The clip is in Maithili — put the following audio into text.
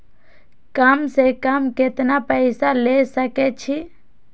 कम से कम केतना पैसा ले सके छी?